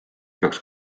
peaks